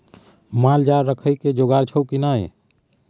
माल जाल राखय के जोगाड़ छौ की नै